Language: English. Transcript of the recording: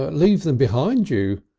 ah leave them behind you,